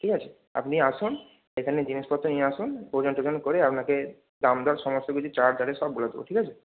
ঠিক আছে আপনি আসুন এখানে জিনিসপত্র নিয়ে আসুন ওজ টোজন করে আপনাকে দাম দর সমস্ত কিছু চার্জ আছে সব বলে দেবো ঠিক আছে